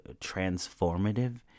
transformative